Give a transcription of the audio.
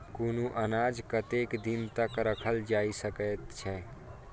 कुनू अनाज कतेक दिन तक रखल जाई सकऐत छै?